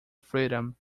freedom